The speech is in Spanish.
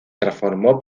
transformó